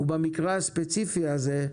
ובמקרה הספציפי הזה,